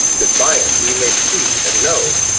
that by it we may see and know.